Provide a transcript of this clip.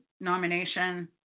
nomination